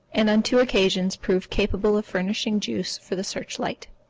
and on two occasions proved capable of furnishing juice for the search-light.